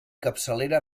capçalera